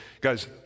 guys